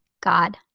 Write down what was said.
God